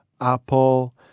apple